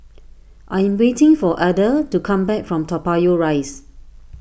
I am waiting for Adda to come back from Toa Payoh Rise